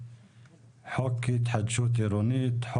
חוק התחדשות עירונית,